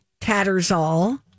Tattersall